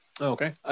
Okay